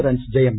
runs ജയം